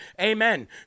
Amen